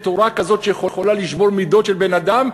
תורה כזאת שיכולה לשבור מידות של בן-אדם,